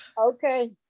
Okay